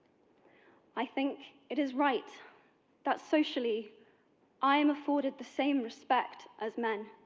i think it is right that socially i am afforded the same respect as men.